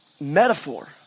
metaphor